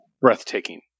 Breathtaking